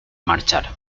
marchar